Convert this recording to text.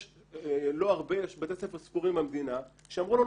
יש בתי ספר ספורים במדינה שאמרו לנו,